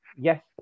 Yes